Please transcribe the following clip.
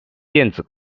电子